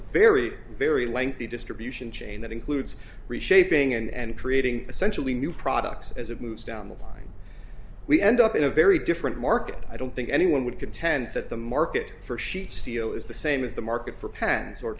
very very lengthy distribution chain that includes reshaping and creating essentially new products as it moves down the line we end up in a very different market i don't think anyone would contend that the market for sheet steel is the same as the market for pens or